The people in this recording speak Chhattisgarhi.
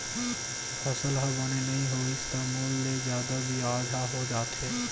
फसल ह बने नइ होइस त मूल ले जादा बियाज ह हो जाथे